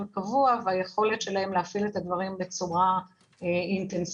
קבוע והיכולת שלהם להפעיל את הדברים בצורה אינטנסיבית.